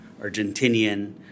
Argentinian